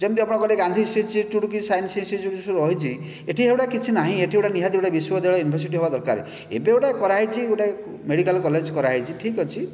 ଯେମିତି ଆପଣ କହିଲେ ଗାନ୍ଧୀ ଇନ୍ଷ୍ଟିଚ୍ୟୁଟ୍ ସାଇନ୍ସ ଇନ୍ଷ୍ଟିଚ୍ୟୁଟ୍ ସବୁ ରହିଛି ଏଠି ଏଗୁଡ଼ା କିଛି ନାହିଁ ଏଠି ଗୋଟେ ନିହାତି ବିଶ୍ୱ ବିଦ୍ୟାଳୟ ୟୁନିଭର୍ସିଟି ଏଠି ହେବା ଦରକାର ଏବେ ଗୋଟେ କରାଯାଇଛି ଗୋଟେ ମେଡ଼ିକାଲ୍ କଲେଜ୍ କରାଯାଇଛି ଠିକ୍ ଅଛି